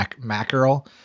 Mackerel